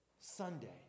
Sunday